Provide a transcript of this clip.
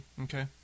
okay